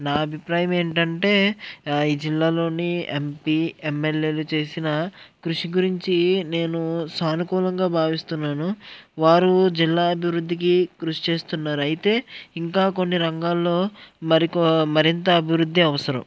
నా అభిప్రాయం ఏంటంటే ఈ జిల్లాలోని ఎంపీ ఎమ్ఎల్ఏలు చేసిన కృషి గురించి నేను సానుకూలంగా భావిస్తున్నాను వారు జిల్లా అభివృద్ధికి కృషి చేస్తున్నారు అయితే ఇంకా కొన్ని రంగాల్లో మరికొ మరింత అభివృద్ధి అవసరం